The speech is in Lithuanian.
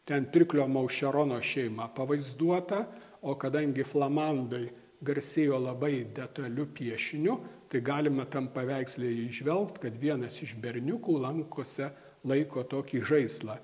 ten pirklio maušerono šeima pavaizduota o kadangi flamandai garsėjo labai detaliu piešiniu tai galima tam paveiksle įžvelgt kad vienas iš berniukų lankose laiko tokį žaislą